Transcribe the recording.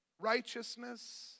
righteousness